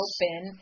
Open